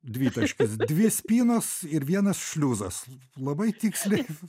dvitaškis dvi spynos ir vienas šliuzas labai tiksliai